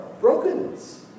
brokenness